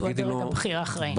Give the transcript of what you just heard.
הוא הדרג הבכיר האחראי.